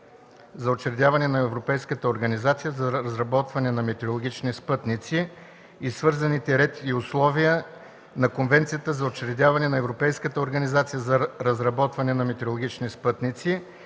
за учредяването на Европейската организация за разработване на метеорологични спътници и свързаните ред и условия, на Конвенцията за учредяване на Европейската организация за разработване на метеорологични спътници